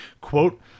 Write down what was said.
quote